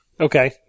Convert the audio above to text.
Okay